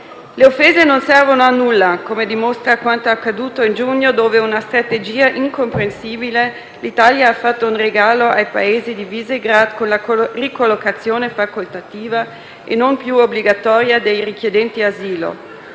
Le offese non servono a nulla, come dimostra quanto accaduto in giugno, quando, con una strategia incomprensibile, l'Italia ha fatto un regalo ai Paesi di Visegrád con la ricollocazione facoltativa e non più obbligatoria dei richiedenti asilo.